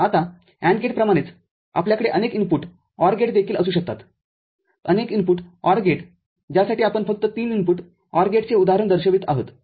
आता AND gate प्रमाणेच आपल्याकडे अनेक इनपुट OR गेट देखील असू शकतात अनेक इनपुट OR गेटज्यासाठी आपण फक्त ३ इनपुट OR गेटचे उदाहरण दर्शवित आहोत